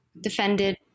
defended